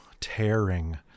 tearing